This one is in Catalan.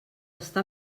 està